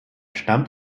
stammt